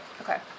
Okay